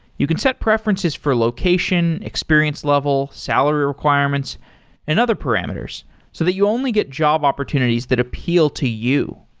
you can set preferences for location, experience level, salary requirements and other parameters so that you only get job opportunities that appeal to you.